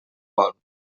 vol